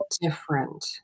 different